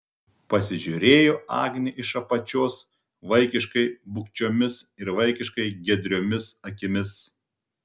pasižiūrėjo agnė iš apačios vaikiškai bugščiomis ir vaikiškai giedriomis akimis